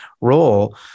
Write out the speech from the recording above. role